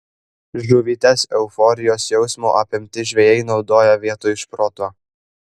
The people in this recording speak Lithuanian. žuvytės euforijos jausmo apimti žvejai naudoja vietoj šprotų